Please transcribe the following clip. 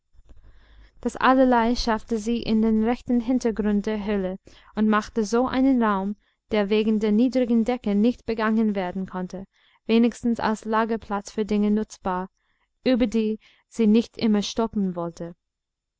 das allerlei schaffte sie in den rechten hintergrund der höhle und machte so einen raum der wegen der niedrigen decke nicht begangen werden konnte wenigstens als lagerplatz für dinge nutzbar über die sie nicht immer stolpern wollte